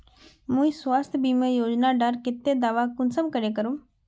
मुई स्वास्थ्य बीमा योजना डार केते दावा कुंसम करे करूम?